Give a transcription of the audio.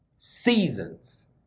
Seasons